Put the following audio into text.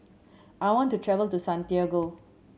I want to travel to Santiago